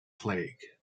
plague